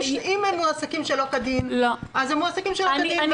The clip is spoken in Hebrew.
אם הם מועסקים שלא כדין, אז הם מועסקים שלא כדין.